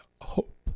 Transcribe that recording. hope